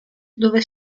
dove